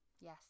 Yes